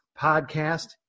podcast